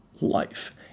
life